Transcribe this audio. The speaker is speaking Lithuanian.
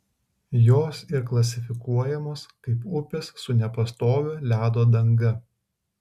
jos ir klasifikuojamos kaip upės su nepastovia ledo danga